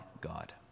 God